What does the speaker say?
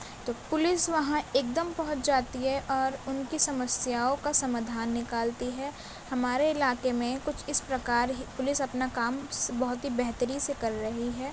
تو پولیس وہاں ایک دم پہنچ جاتی ہے اور ان کی سمسیاؤں کا سمادھان نکالتی ہے ہمارے علاقے میں کچھ اس پرکار ہی پولیس اپنا کام بہت ہی بہتری سے کر رہی ہے